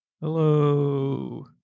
Hello